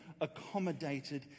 accommodated